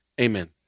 Amen